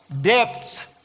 depths